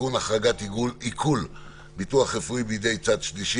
(תיקון החרגת עיקול ביטוח רפואי בידי צד שלישי),